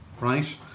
right